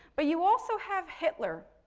but, you also have hitler.